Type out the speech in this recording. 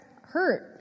hurt